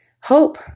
hope